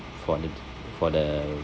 for the for the